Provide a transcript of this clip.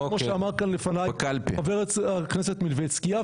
כמו שאמר כאן לפניי חבר הכנסת מלביצקי.